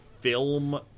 film